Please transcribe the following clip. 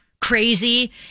crazy